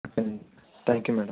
okay అండి thank you madam